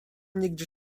nigdzie